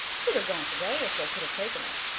she'd have gone today if they could have taken her.